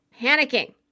panicking